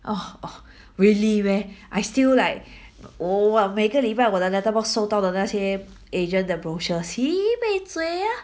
orh orh really meh I still like oh 我每个礼拜我的 letterbox 收到的那些 agent 的 brochures sibei zui ah